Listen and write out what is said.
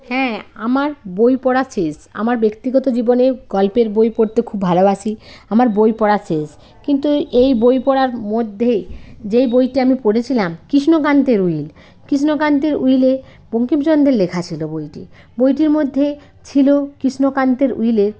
হ্যাঁ আমার বই পড়া শেষ আমার ব্যক্তিগত জীবনে গল্পের বই পড়তে খুব ভালোবাসি আমার বই পড়া শেষ কিন্তু এই বই পড়ার মধ্যে যেই বইটা আমি পড়েছিলাম কিষ্ণকান্তের উইল কিষ্ণকান্তের উইলে বঙ্কিমচন্দ্রের লেখা ছিল বইটি বইটির মধ্যে ছিলো কৃষ্ণকান্তের উইলের